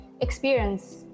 experience